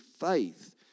faith